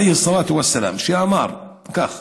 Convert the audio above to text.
שאמר כך: